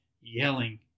yelling